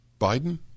Biden